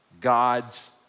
God's